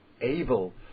able